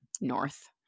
north